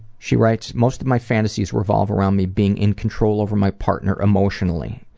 she writes most of my fantasies revolve around me being in control over my partner emotionally.